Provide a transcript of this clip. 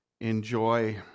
enjoy